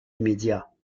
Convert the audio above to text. immédiat